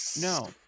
No